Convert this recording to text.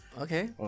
Okay